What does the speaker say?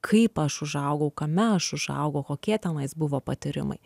kaip aš užaugau kame aš užaugau kokie tenais buvo patyrimai